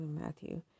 Matthew